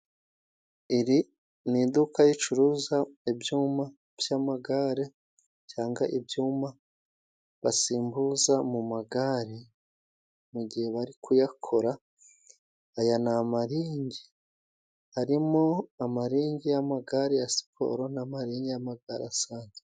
Iri ni iduka ricuruzaga ibyuma by'amagare cyangwa ibyuma basimbuza mu magare, mu gihe bari kuyakora. Aya ni amaringi, harimo amaringi y'amagare ya siporo na maringi y'amagare asanzwe.